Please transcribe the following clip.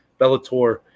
Bellator